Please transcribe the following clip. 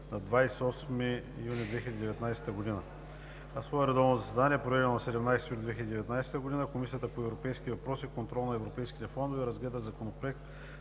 на 28 юни 2019 г. На свое редовно заседание, проведено на 17 юли 2019 г., Комисията по европейските въпроси и контрол на европейските фондове разгледа Законопроект